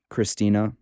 Christina